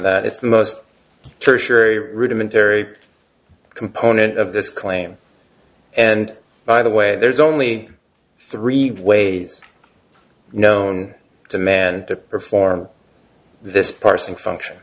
that it's the most tertiary rudimentary component of this claim and by the way there's only three ways known to man to perform this parsing function